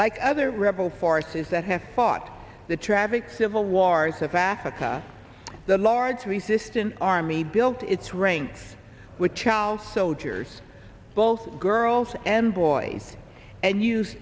like other rebel forces that have fought the traffic civil wars of africa the lord's resistance army built its ranks with child soldiers both girls and boys and use